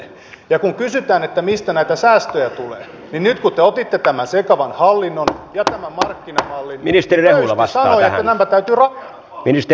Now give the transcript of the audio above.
ja kun kysytään että mistä näitä säästöjä tulee niin nyt kun te otitte tämän sekavan hallinnon ja tämän